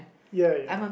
ya ya